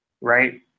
right